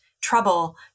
trouble